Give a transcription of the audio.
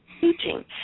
teaching